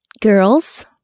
girls